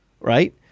Right